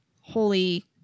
holy